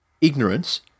Ignorance